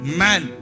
man